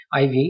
IV